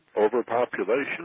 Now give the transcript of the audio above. Overpopulation